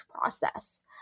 process